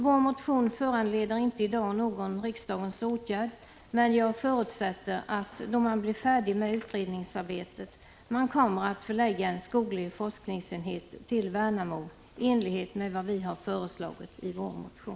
Vår motion föranleder inte i dag någon riksdagens åtgärd, men jag förutsätter att man då utredningsarbetet blir färdigt kommer att förlägga en skoglig forskningsenhet till Värnamo i enlighet med vad vi föreslagit i vår motion.